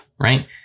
right